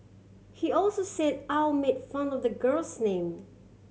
he also said Au made fun of the girl's name